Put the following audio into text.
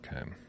okay